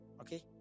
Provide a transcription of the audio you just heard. okay